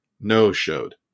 No-showed